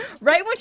Right